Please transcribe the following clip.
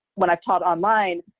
when i've taught online,